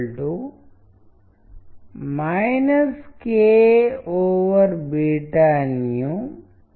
ఐతే కొన్ని సైన్స్తో సంబంధం కలిగి ఉంటాయి కొన్ని పురాతన చరిత్రతో సంబంధం కలిగి ఉంటాయి కొన్ని వేరే ఇతర విషయాలతో సంబంధం కలిగి ఉంటాయి